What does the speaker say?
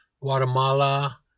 Guatemala